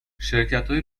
شرکتای